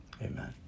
amen